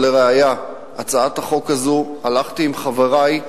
ולראיה, בהצעת החוק הזאת הלכתי עם חברי,